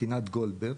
תקינת גולדברג,